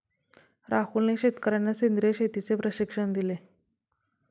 राहुलने शेतकर्यांना सेंद्रिय शेतीचे प्रशिक्षण दिले